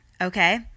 okay